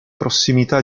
prossimità